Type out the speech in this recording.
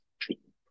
treatment